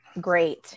great